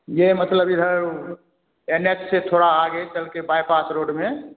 ये मतलब इधर एन एच से थोड़ा आगे चल के बाईपास रोड में